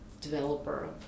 developer